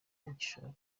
igishoro